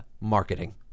Marketing